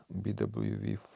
BWV